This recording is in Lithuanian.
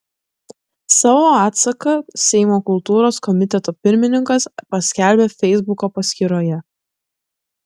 savo atsaką seimo kultūros komiteto pirmininkas paskelbė feisbuko paskyroje